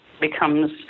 becomes